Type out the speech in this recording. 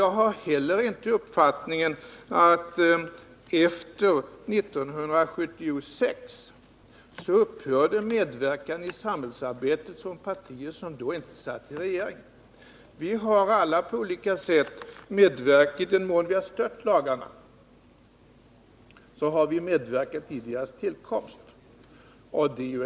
Jag har inte heller uppfattningen att efter 1976 upphörde medverkan i samhällsarbetet från partier som då inte satt i regeringsställning. Vi har alla på olika sätt medverkat. I den mån vi har stött lagarna, så har vi medverkat i deras tillkomst.